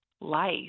life